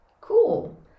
cool